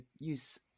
use